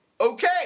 Okay